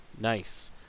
Nice